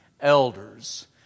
Elders